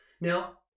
Now